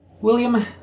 William